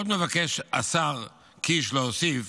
עוד מבקש השר קיש להוסיף